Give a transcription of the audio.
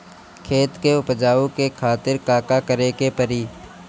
खेत के उपजाऊ के खातीर का का करेके परी?